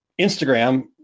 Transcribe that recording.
Instagram